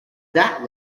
that